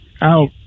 out